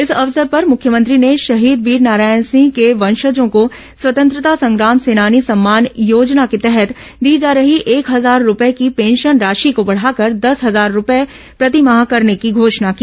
इस अवसर पर मुख्यमंत्री ने शहीद वीरनारायण सिंह के वंशजों को स्वतंत्रता संग्राम सेनानी सम्मान योजना के तहत दी जा रही एक हजार रूपये की पेंशन राशि को बढ़ाकर दस हजार रूपये प्रतिमाह करने की घोषणा की